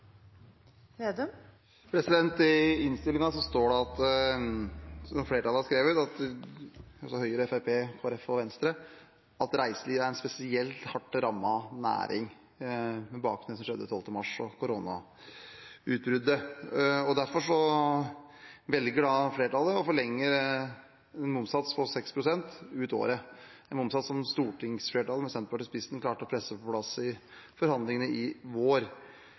I innstillingen står det noe som flertallet, altså Høyre, Fremskrittspartiet, Kristelig Folkeparti og Venstre, har skrevet – at reiseliv er en spesielt hardt rammet næring med bakgrunn i koronautbruddet og det som skjedde 12. mars. Derfor velger flertallet å forlenge en momssats på 6 pst. ut året – en momssats som stortingsflertallet, med Senterpartiet i spissen, klarte å presse på plass i forhandlingene i vår.